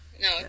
no